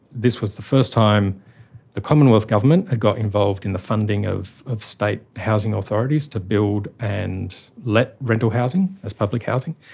this was the first time the commonwealth government had got involved in the funding of of state housing authorities to build and let rental housing as public housing.